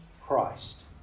Christ